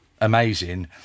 amazing